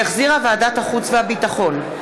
שהחזירה ועדת החוץ והביטחון,